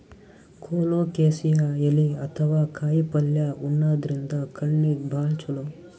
colocasia ಎಲಿ ಅಥವಾ ಕಾಯಿಪಲ್ಯ ಉಣಾದ್ರಿನ್ದ ಕಣ್ಣಿಗ್ ಭಾಳ್ ಛಲೋ